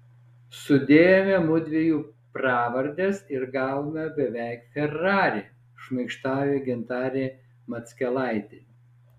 sudėjome mudviejų pravardes ir gavome beveik ferrari šmaikštauja gintarė mackelaitė